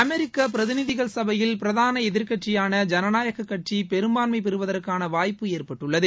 அமெரிக்க பிரதிநிதிகள் சபையில் பிரதான எதிர்க்கட்சியான ஜனநாயகக் கட்சி பெரும்பான்மை பெறுவதற்கான வாய்ப்பு ஏற்பட்டுள்ளது